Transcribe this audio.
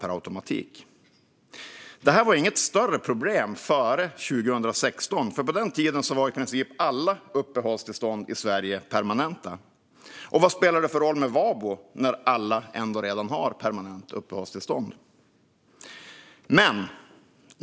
Detta var inget större problem före 2016, för på den tiden var i princip alla uppehållstillstånd i Sverige permanenta. Vad spelade VABO för roll när alla ändå redan hade permanent uppehållstillstånd?